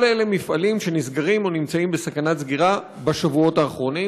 כל אלה מפעלים שנסגרים או נמצאים בסכנת סגירה בשבועות האחרונים.